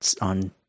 on